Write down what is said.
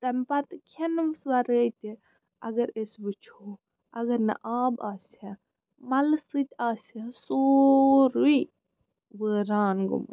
تَمہِ پَتہٕ کھیٚنَس وَرٲے تہِ اَگر أسۍ وُچھو اَگر نہٕ آب آسہِ ہا مَلہٕ سۭتۍ آسہِ ہا سورُے وٲران گوٚمُت